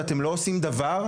ואתם לא עושים דבר?